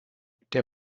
der